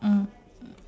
mm